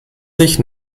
sich